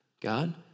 God